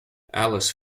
alice